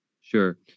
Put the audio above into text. sure